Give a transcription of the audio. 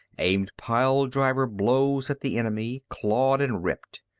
aimed pile-driver blows at the enemy, clawed and ripped.